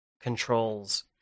controls